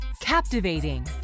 captivating